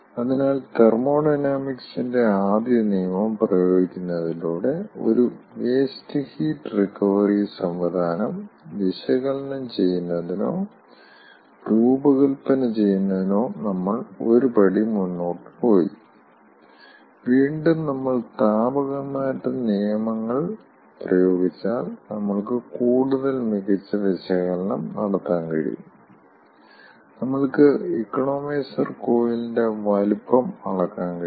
അതിനാൽ തെർമോഡൈനാമിക്സിന്റെ ആദ്യ നിയമം പ്രയോഗിക്കുന്നതിലൂടെ ഒരു വേസ്റ്റ് ഹീറ്റ് റിക്കവറി സംവിധാനം വിശകലനം ചെയ്യുന്നതിനോ രൂപകൽപ്പന ചെയ്യുന്നതിനോ നമ്മൾ ഒരു പടി മുന്നോട്ട് പോയി വീണ്ടും നമ്മൾ താപ കൈമാറ്റ നിയമങ്ങൾ പ്രയോഗിച്ചാൽ നമ്മൾക്ക് കൂടുതൽ മികച്ച വിശകലനം നടത്താൻ കഴിയും നമ്മൾക്ക് ഇക്കോണമൈസർ കോയിലിന്റെ വലുപ്പം അളക്കാൻ കഴിയും